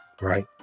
right